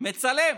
מצלם